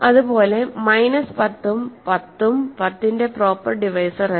അതുപോലെ മൈനസ് 10 ഉം 10 ഉം 10 ന്റെ പ്രോപ്പർ ഡിവൈസർ അല്ല